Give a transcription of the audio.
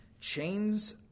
chains